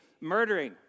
murdering